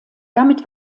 damit